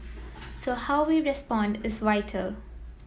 so how we respond is vital